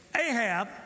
Ahab